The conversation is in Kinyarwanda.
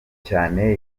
cyane